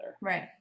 Right